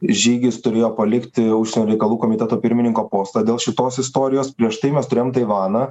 žygis turėjo palikti užsienio reikalų komiteto pirmininko postą dėl šitos istorijos prieš tai mes turėjom taivaną